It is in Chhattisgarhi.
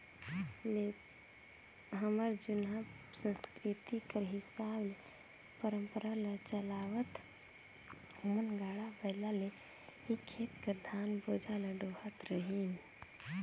हमर जुनहा संसकिरती कर हिसाब ले परंपरा ल चलावत ओमन गाड़ा बइला ले ही खेत कर धान बोझा ल डोहत रहिन